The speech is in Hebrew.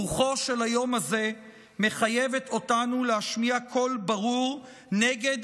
רוחו של היום הזה מחייבת אותנו להשמיע קול ברור נגד